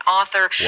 Author